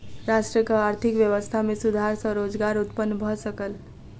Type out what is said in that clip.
राष्ट्रक आर्थिक व्यवस्था में सुधार सॅ रोजगार उत्पन्न भ सकल